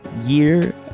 year